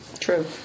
True